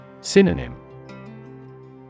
Synonym